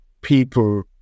people